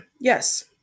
Yes